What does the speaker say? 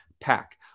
Pack